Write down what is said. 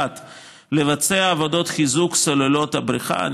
1. לבצע עבודות חיזוק סוללות הבריכה.